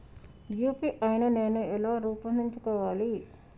UPI నేను ఎలా రూపొందించుకోవాలి?